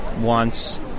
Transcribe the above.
wants